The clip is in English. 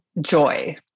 joy